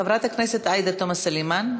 חברת הכנסת עאידה תומא סלימאן.